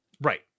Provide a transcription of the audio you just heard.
right